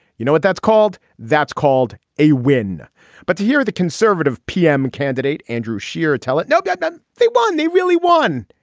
you know what that's called. that's called a win but to hear the conservative pm candidate andrew scheer tell it no. then they won. they really won.